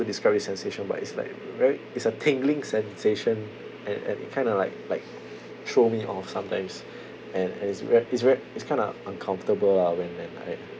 describe this sensation but it's like very it's a tingling sensation and and it kind of like like throw me off sometimes and and it's very very it's kind of uncomfortable lah when when I